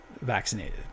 vaccinated